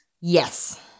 Yes